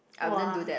!wah!